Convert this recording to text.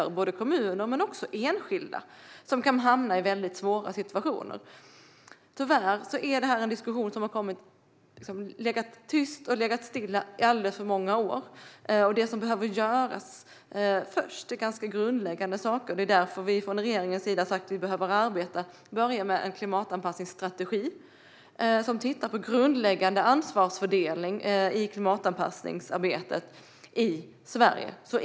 Det handlar om kommuner men också om enskilda som kan hamna i svåra situationer. Tyvärr är detta en diskussion som har legat tyst och stilla i alldeles för många år. Det som behöver göras först är ganska grundläggande saker. Det är därför vi från regeringens sida har sagt att vi till att börja med behöver arbeta med en klimatanpassningsstrategi där man tittar på grundläggande ansvarsfördelning i klimatanpassningsarbetet i Sverige.